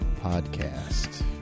podcast